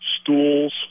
stools